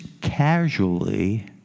casually